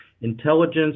Intelligence